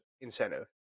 incentive